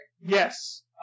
Yes